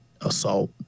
assault